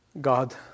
God